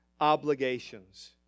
obligations